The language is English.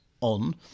on